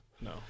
no